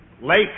lake